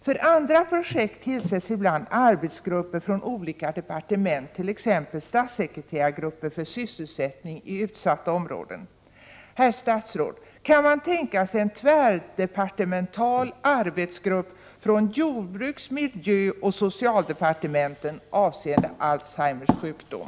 För andra projekt tillsätts ibland arbetsgrupper från olika departement, t.ex. statssekreterargrupper för sysselsättning i utsatta områden. Herr statsråd! Kan man tänka sig en tvärdepartemental arbetsgrupp från jordbruks-, miljöoch socialdepartementen avseende Alzheimers sjukdom?